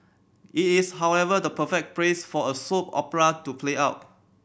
it is however the perfect place for a soap opera to play out